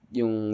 yung